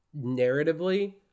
narratively